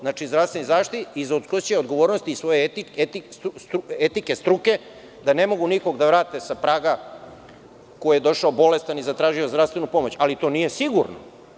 Znači, zdravstvenoj zaštiti iz koje će odgovornost svoje etike, struke, da ne mogu nikog da vrate sa praga ko je došao bolestan i zatražio zdravstvenu pomoć, ali to nije sigurno.